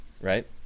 right